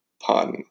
pun